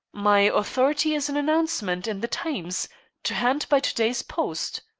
my authority is an announcement in the times to hand by to-day's post.